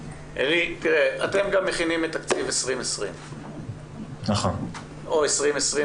אתם גם מכינים את תקציב 2020 או 2021-2020,